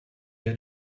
had